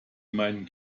mein